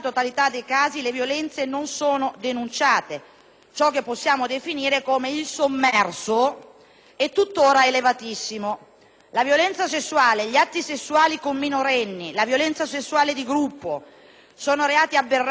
è tuttora elevatissimo. La violenza sessuale e gli atti sessuali con minorenni, la violenza sessuale di gruppo sono reati aberranti che scuotono le coscienze personali e provocano un senso diffuso di paura e di insicurezza nella cittadinanza.